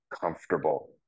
comfortable